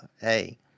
hey